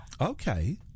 Okay